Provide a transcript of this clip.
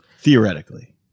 theoretically